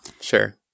sure